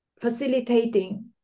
facilitating